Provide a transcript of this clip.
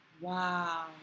Wow